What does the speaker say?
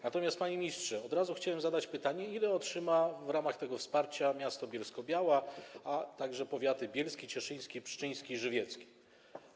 Natomiast, panie ministrze, od razu chciałbym zadać pytanie, ile otrzyma w ramach tego wsparcia miasto Bielsko-Biała, a także powiaty bielski, cieszyński, pszczyński i żywiecki.